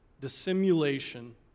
dissimulation